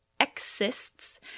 exists